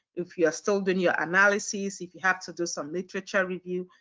if you are still doing your analysis, if you have to do some literature review.